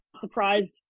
surprised